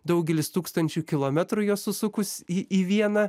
daugelis tūkstančių kilometrų juos susukus į į vieną